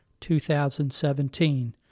2017